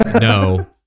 no